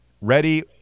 Ready